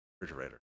refrigerator